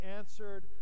answered